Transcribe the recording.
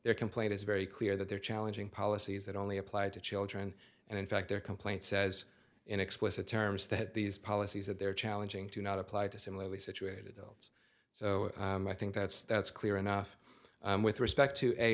their complaint is very clear that they're challenging policies that only applied to children and in fact their complaint says in explicit terms that these policies that they're challenging to not apply to similarly situated belts so i think that's that's clear enough with respect to a